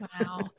Wow